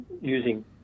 using